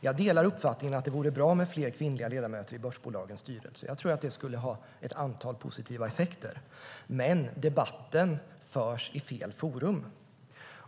Jag delar uppfattningen att det vore bra med fler kvinnliga ledamöter i börsbolagens styrelser. Jag tror att det skulle ha ett antal positiva effekter. Men debatten förs i fel forum.